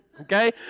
Okay